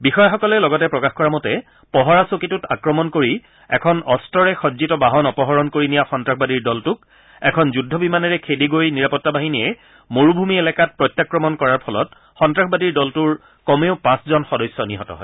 বিষয়াসকলে লগতে প্ৰকাশ কৰা মতে পহৰা চকীটোত আক্ৰমণ কৰি এখন অস্ত্ৰৰে সজ্জিত বাহন অপহৰণ কৰি নিয়া সন্ত্ৰাসবাদীৰ দলটোক এখন যুদ্ধ বিমানেৰে খেদি গৈ নিৰাপত্তা বাহিনীয়ে মৰুভূমি এলেকাত প্ৰত্যাক্ৰমণ কৰাৰ ফলত সন্নাসবাদীৰ দলটোৰ কমেও পাঁচজন সদস্য নিহত হয়